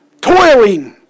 Toiling